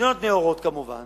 מדינות נאורות כמובן,